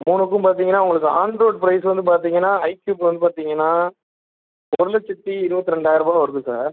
மூணுக்கும் பார்த்தீங்கன்னா உங்களுக்கு ஆன்ரோட் ப்ரைஸ் வந்து பார்த்தீங்கன்னா ஐக்யூப் வந்து பார்த்தீங்கன்னா ஒரு லட்சத்தி இருபத்ரெண்டாயரூபால வருது சார்